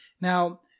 Now